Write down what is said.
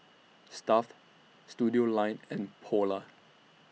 Stuff'd Studioline and Polar